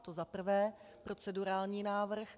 To zaprvé, procedurální návrh.